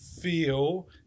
feel